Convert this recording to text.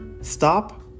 stop